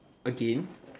again